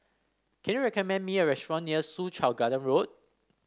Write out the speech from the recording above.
can you recommend me a restaurant near Soo Chow Garden Road